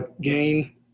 gain